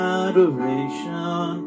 adoration